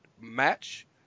match